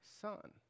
son